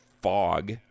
fog